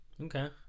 okay